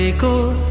ah go